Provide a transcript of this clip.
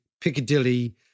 Piccadilly